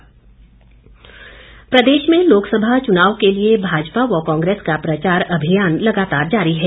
भाजपा प्रचार प्रदेश में लोकसभा चुनाव के लिए भाजपा व कांग्रेस का प्रचार अभियान लगातार जारी है